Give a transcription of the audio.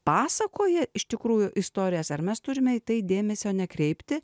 pasakoja iš tikrųjų istorijas ar mes turime į tai dėmesio nekreipti